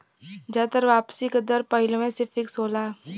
जादातर वापसी का दर पहिलवें से फिक्स होला